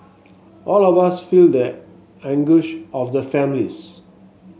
all of us feel the anguish of the families